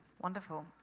wonderful.